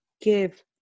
give